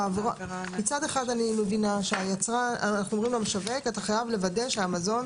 מצד אחד אני מבינה שאנחנו אומרים למשווק שהוא חייב לוודא שהמזון